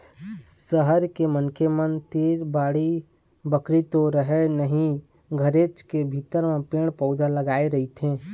सहर के मनखे मन तीर बाड़ी बखरी तो रहय नहिं घरेच के भीतर म पेड़ पउधा लगाय रहिथे